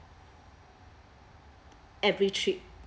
every trip